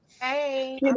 Hey